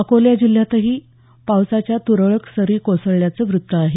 अकोला जिल्ह्यातही पावसाच्या तुरळक सरी कोसळल्याचं वृत्त आहे